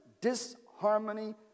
disharmony